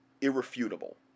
irrefutable